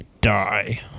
die